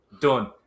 done